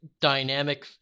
dynamic